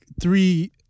three